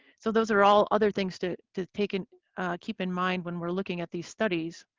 so those are all other things to to take and keep in mind when we're looking at these studies.